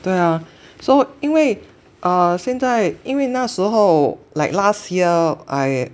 对啊 so 因为 err 现在因为那时候 like last year I